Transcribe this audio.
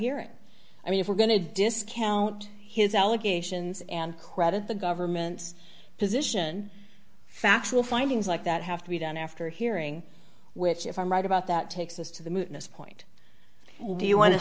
hearing i mean if we're going to discount his allegations and credit the government's position factual findings like that have to be done after hearing which if i'm right about that takes us to the mootness point well do you want to